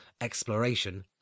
exploration